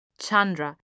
Chandra